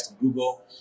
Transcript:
Google